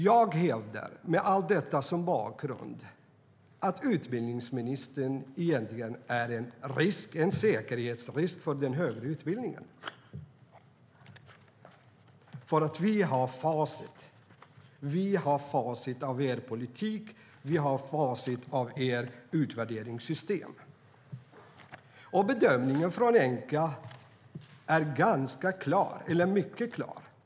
Jag hävdar, med allt detta som bakgrund, att utbildningsministern egentligen är en säkerhetsrisk för den högre utbildningen. Vi har facit till er politik och ert utvärderingssystem. Bedömningen från Enqa är mycket klar.